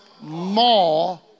More